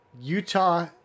Utah